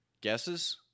Guesses